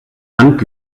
hand